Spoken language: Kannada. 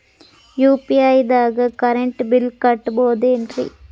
ಯು.ಪಿ.ಐ ದಾಗ ಕರೆಂಟ್ ಬಿಲ್ ಕಟ್ಟಬಹುದೇನ್ರಿ?